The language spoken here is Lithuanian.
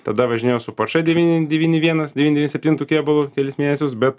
tada važinėjau su porsche devyni devyni vienas devyni septintu kėbulu kelis mėnesius bet